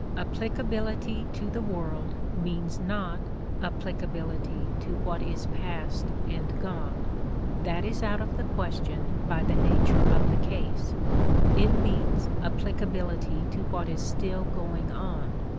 applicability to the world means not applicability to what is past and gone that is out of the question by the nature of the case it means applicability to what is still going on,